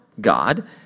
God